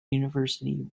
university